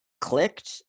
clicked